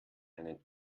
einen